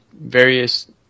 various